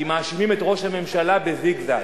כי מאשימים את ראש הממשלה בזיגזג.